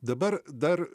dabar dar